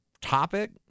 topic